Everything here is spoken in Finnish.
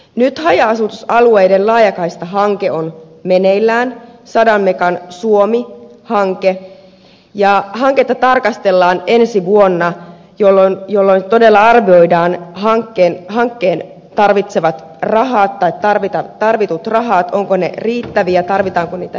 nyt haja asutusalueiden laajakaistahanke on meneillään sadan megan suomi hanke ja hanketta tarkastellaan ensi vuonna jolloin todella arvioidaan hankkeen tarvitsemat rahat tai tarvitut rahat ovatko ne riittäviä tarvitaanko niitä lisää